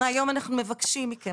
מהיום אנחנו מבקשים מכם,